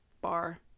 bar